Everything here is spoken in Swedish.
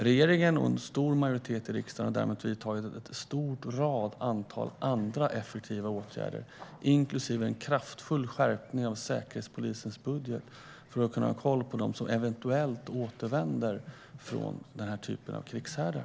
Regeringen och en stor majoritet i riksdagen har däremot vidtagit en lång rad andra effektiva åtgärder, inklusive en kraftfull förstärkning av Säkerhetspolisens budget, för att kunna ha koll på dem som eventuellt återvänder från den här typen av krigshärdar.